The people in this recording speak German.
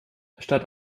statt